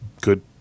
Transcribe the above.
good